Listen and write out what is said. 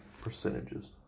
percentages